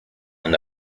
and